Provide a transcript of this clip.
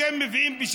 יעלה ויבוא.